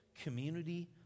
community